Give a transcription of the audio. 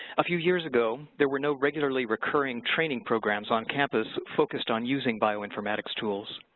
a few years ago there were no regularly recurring training programs on campus focused on using bioinformatics tools.